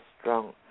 strong